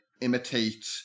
imitate